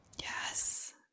Yes